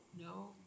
No